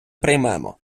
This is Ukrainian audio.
приймемо